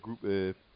group